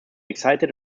excited